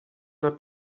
una